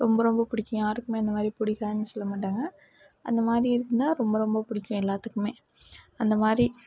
ரொம்ப ரொம்ப பிடிக்கும் யாருக்கும் அந்தமாதிரி பிடிக்காதுன்னு சொல்ல மாட்டாங்க அந்தமாதிரி இருந்தால் ரொம்ப ரொம்ப பிடிக்கும் எல்லாத்துக்கும் அந்தமாதிரி